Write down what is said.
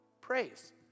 Praise